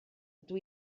ydw